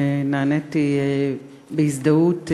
ונעניתי בהזדהות,